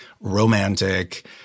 romantic